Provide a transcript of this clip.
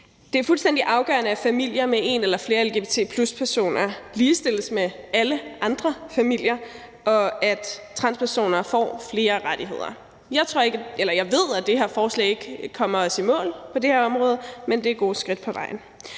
Det er fuldstændig afgørende, at familier med en eller flere lgbt+-personer ligestilles med alle andre familier, og at transpersoner får flere rettigheder. Jeg ved, at det her forslag ikke får os i mål på det her område, men det er et godt skridt på vejen.